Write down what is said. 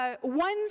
one